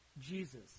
Jesus